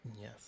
Yes